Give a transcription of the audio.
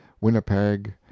Winnipeg